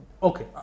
Okay